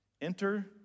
Enter